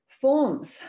forms